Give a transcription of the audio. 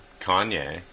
Kanye